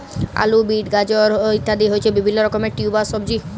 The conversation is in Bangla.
আলু, বিট, গাজর ইত্যাদি হচ্ছে বিভিল্য রকমের টিউবার সবজি